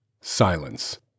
Silence